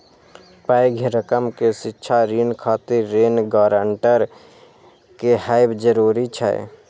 पैघ रकम के शिक्षा ऋण खातिर ऋण गारंटर के हैब जरूरी छै